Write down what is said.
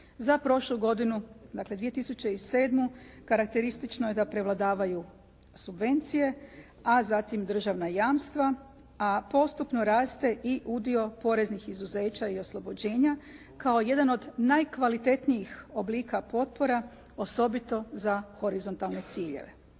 Za prošlu godinu, dakle, 2007. karakteristično je da prevladavaju subvencije a zatim državna jamstva, a postupno raste i udio poreznih izuzeća i oslobođenja, kao jedan od najkvalitetnijih oblika potpora osobito za horizontalne ciljeve.